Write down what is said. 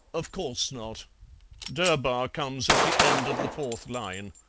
of course not durbar comes at the end of the fourth line.